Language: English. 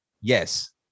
Yes